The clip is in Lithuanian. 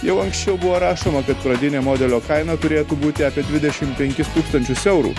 jau anksčiau buvo rašoma kad pradinė modelio kaina turėtų būti apie dvidešimt penkis tūkstančius eurų